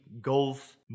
golf